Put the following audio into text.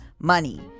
money